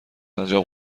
انجام